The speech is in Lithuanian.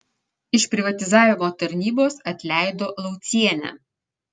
iš privatizavimo tarnybos atleido laucienę